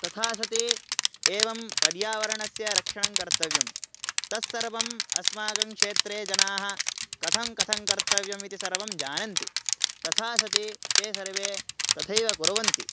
तथा सति एवं पर्यावरणस्य रक्षणं कर्तव्यं तत्सर्वम् अस्माकं क्षेत्रे जनाः कथं कथं कर्तव्यम् इति सर्वं जानन्ति तथा सति ते सर्वे तथैव कुर्वन्ति